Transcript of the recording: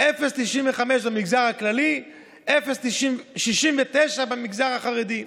0.95 במגזר הכללי, 0.69 במגזר החרדי.